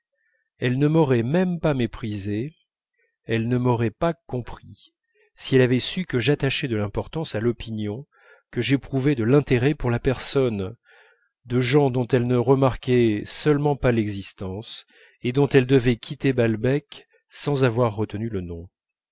elle ne m'aurait même pas méprisé elle ne m'aurait pas compris si elle avait su que j'attachais de l'importance à l'opinion que j'éprouvais de l'intérêt pour la personne de gens dont elle ne remarquait seulement pas l'existence et dont elle devait quitter balbec sans avoir retenu le nom